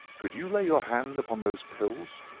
could you lay your hand upon those pills?